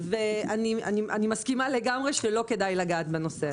אני מסכימה לגמרי שלא כדאי לגעת בנושא הזה.